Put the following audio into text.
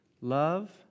Love